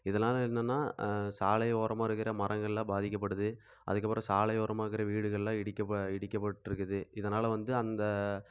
இதனால் என்னன்னா சாலை ஓரமாக இருக்கிற மரங்கள்லாம் பாதிக்கப்படுது அதற்கப்பறம் சாலை ஓரமாக இருக்கிற வீடுகள்லாம் இடிக்கப்போ இடிக்கப்பட்டுருக்குது இதனால் வந்து அந்த